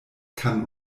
kann